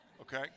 Okay